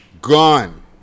gone